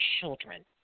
children